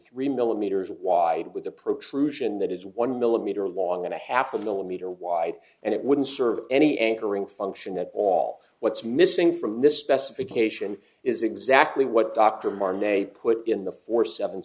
three millimeters wide with a protrusion that is one millimeter long and a half a millimeter wide and it wouldn't serve any anchoring function at all what's missing from this specification is exactly what dr martin they put in the four seven